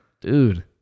Dude